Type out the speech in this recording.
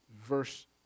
verse